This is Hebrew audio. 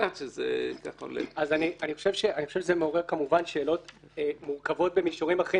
שזה מעורר שאלות מורכבות במישורים אחרים.